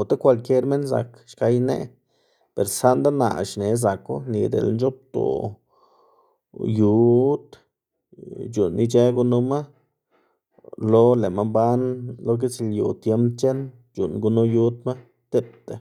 ota kwalkier minn zak xka ineꞌ, ber saꞌnda naꞌ xneꞌ zaku, nika dele nc̲h̲oꞌbdoꞌ yud c̲h̲uꞌnn ic̲h̲ë gunuma, lo lë'ma mban lo gitslyu tiemb c̲h̲eꞌn c̲h̲uꞌnn gunu yudma tipa.